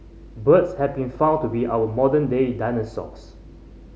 birds have been found to be our modern day dinosaurs